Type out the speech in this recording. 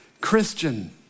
Christian